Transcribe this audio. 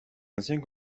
anciens